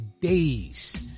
days